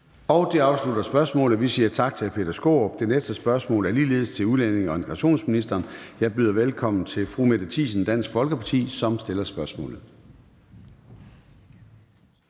Det afslutter spørgsmålet. Vi siger tak til hr. Peter Skaarup. Det næste spørgsmål er ligeledes til udlændinge- og integrationsministeren. Jeg byder velkommen til fru Mette Thiesen, Dansk Folkeparti, som stiller spørgsmålet.